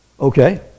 Okay